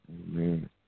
amen